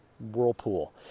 Whirlpool